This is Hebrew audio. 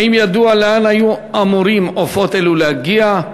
3. האם ידוע לאן היו אמורים עופות אלו להגיע?